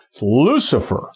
Lucifer